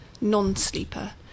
non-sleeper